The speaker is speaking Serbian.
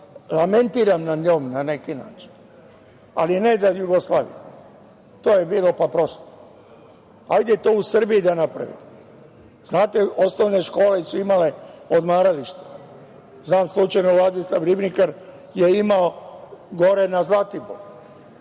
lamentiram nad njom na neki način, ali ne Jugoslaviju. To je bilo pa prošlo. Hajde to u Srbiji da napravimo. Znate, osnovne škole su imale odmarališta. Znam slučajno, „Vladislav Ribnikar“ je imao na Zlatiboru.